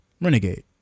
renegade